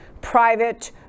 private